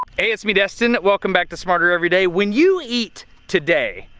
hey, it's me destin, welcome back to smarter everyday. when you eat today,